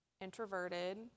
introverted